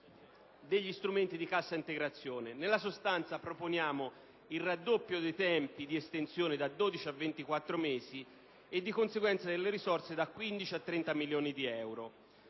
degli strumenti di cassa integrazione. Nella sostanza, proponiamo il raddoppio dei tempi di estensione da 12 a 24 mesi e, di conseguenza, delle risorse da 15 a 30 milioni di euro.